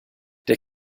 der